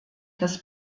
das